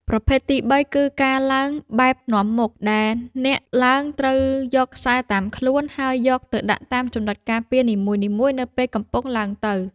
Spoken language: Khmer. ប្រភេទទីបីគឺ ការឡើងបែបនាំមុខ ដែលអ្នកឡើងត្រូវយកខ្សែតាមខ្លួន ហើយយកទៅដាក់តាមចំណុចការពារនីមួយៗនៅពេលកំពុងឡើងទៅលើ។